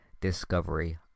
Discovery